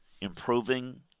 improving